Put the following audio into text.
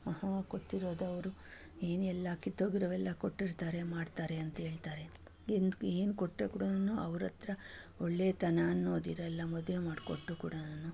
ಮಹಾ ಕೊಟ್ಟಿರೋದವರು ಏನೆಲ್ಲ ಕಿತ್ತೋಗಿರೋವೆಲ್ಲ ಕೊಟ್ಟಿರ್ತಾರೆ ಮಾಡ್ತಾರೆ ಅಂತ ಹೇಳ್ತಾರೆ ಏನು ಏನು ಕೊಟ್ಟರು ಕೂಡನು ಅವ್ರ ಹತ್ರ ಒಳ್ಳೆತನ ಅನ್ನೋದಿರಲ್ಲ ಮದುವೆ ಮಾಡ್ಕೊಟ್ರು ಕೂಡಾನು